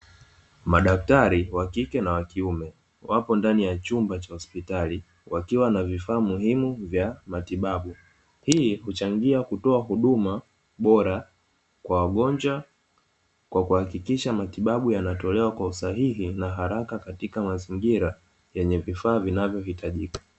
Madaktari wa kike na wa kiume, wapo ndani ya chumba cha hospitali wakiwa na vifaa muhimu vya matibabu. Hii huchangia kutoa huduma bora kwa wagonjwa kwa kuhakikisha matibabu yanatolewa kwa usahihi na haraka katika mazingira yenye vifaa vinavyohitajika.